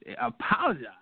apologize